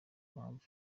mpamvu